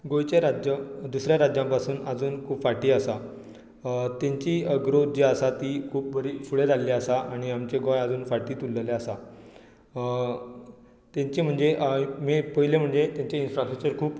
गोंयचें राज्य दुसऱ्या राज्यां पासून आजून खूब फाटीं आसा तेंची ग्रोथ जी आसा ती खूब बरी फुडें जाल्ली आसा आनी आमचें गोंय आजून फाटींत उल्ललें आसा तेंची म्हणजे मे पयलें म्हणजे तेंची इनफ्रास्ट्रक्चर खूब